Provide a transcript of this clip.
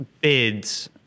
bids